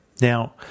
Now